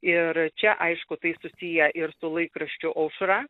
ir čia aišku tai susiję ir su laikraščiu aušra